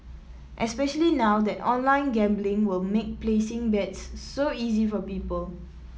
especially now that online gambling will make placing bets so easy for people